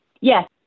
Yes